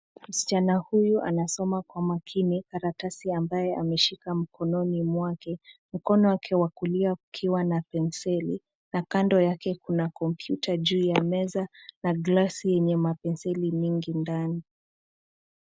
Msichana huyu anasoma kwa makini karatasi ambaye ameshika mkononi mwake mkono wake wa kulia ukiwa na penseli na kando yake kuna kompyuta juu ya meza na glasi yenye mapenseli nyingi ndani.